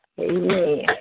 Amen